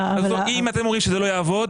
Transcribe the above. אם אתם אומרים שזה לא יעבוד,